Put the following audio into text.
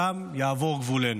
שם יעבור גבולנו".